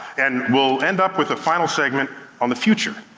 and we'll end up with a final segment on the future.